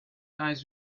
eyes